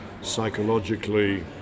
psychologically